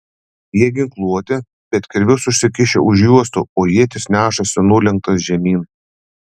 jie ginkluoti bet kirvius užsikišę už juostų o ietis nešasi nulenktas žemyn